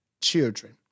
children